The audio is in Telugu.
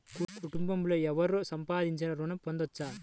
కుటుంబంలో ఎవరు సంపాదించినా ఋణం పొందవచ్చా?